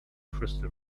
crystal